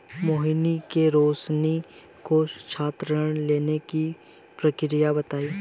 मोहिनी ने रोशनी को छात्र ऋण लेने की प्रक्रिया बताई